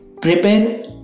prepare